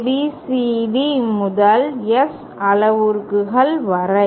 ABCD முதல் S அளவுருக்கள் வரை